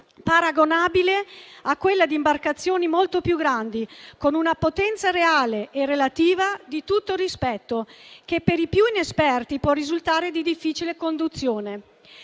paragonabili a quelli di imbarcazioni molto più grandi, con una potenza reale e relativa di tutto rispetto, che per i più inesperti può risultare di difficile conduzione.